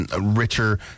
richer